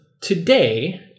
today